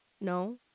No